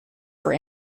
for